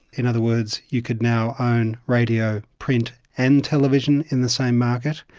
in other words, you could now own radio, print and television in the same market.